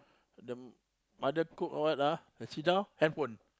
the mother cook what ah the sit down handphone